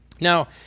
Now